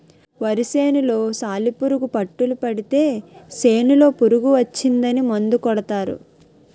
వరి సేనులో సాలిపురుగు పట్టులు పడితే సేనులో పురుగు వచ్చిందని మందు కొడతారు